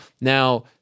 Now